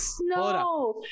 no